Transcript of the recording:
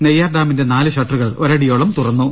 നെയ്യാർ ഡാമിന്റെ നാല് ഷട്ടറുകൾ ഒരടിയോളം തുറന്നു